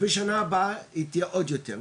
בשנה הבאה היא תהיה עוד יותר,